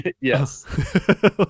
Yes